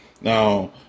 Now